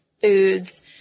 foods